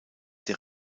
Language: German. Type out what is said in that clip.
der